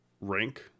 rank